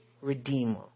Redeemer